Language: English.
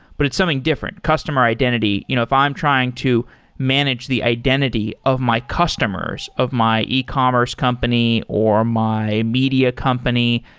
but it's something different. customer identity, you know if i'm trying to manage the identity of my customers, of my ecommerce company, or my media company,